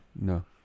No